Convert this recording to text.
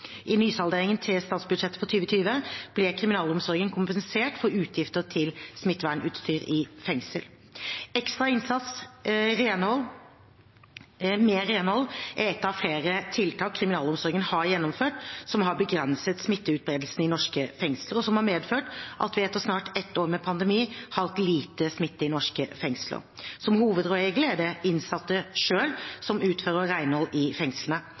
I nysalderingen til statsbudsjettet for 2020 ble kriminalomsorgen kompensert for utgifter til smittevernutstyr i fengsel. Ekstra innsats med renhold er et av flere tiltak kriminalomsorgen har gjennomført som har begrenset smitteutbredelsen i norske fengsler, og som har medført at vi etter snart ett år med pandemi har hatt lite smitte i norske fengsler. Som hovedregel er det innsatte selv som utfører renhold i fengslene.